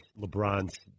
LeBron's